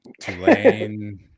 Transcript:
Tulane